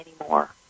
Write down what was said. anymore